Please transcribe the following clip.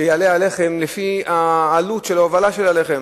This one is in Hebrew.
שיעלה הלחם לפי העלות של ההובלה של הלחם,